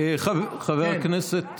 חבר הכנסת.